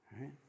right